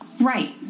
Right